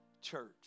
church